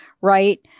Right